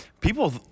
people